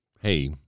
hey